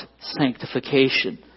sanctification